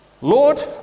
lord